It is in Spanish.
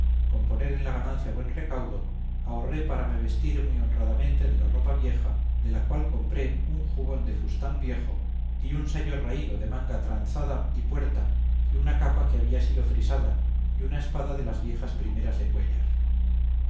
poner en la ganancia buen recaudo ahorré para me vestir muy honradamente de la ropa vieja de la cual compré un jubón de fustán viejo y un sayo raído de manga tranzada y puerta y una capa que había sido frisada y una espada de las viejas primeras de cuéllar